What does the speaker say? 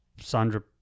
Sandra